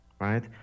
right